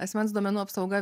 asmens duomenų apsauga